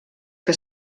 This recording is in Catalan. que